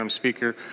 um speaker.